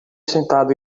sentado